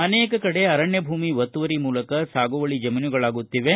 ಅನೇಕ ಕಡೆ ಅರಣ್ಯ ಭೂಮಿ ಒತ್ತುವರಿ ಮೂಲಕ ಸಾಗುವಳಿ ಜಮೀನುಗಳಾಗುತ್ತಿವೆ